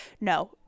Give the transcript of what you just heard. No